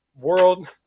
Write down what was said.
World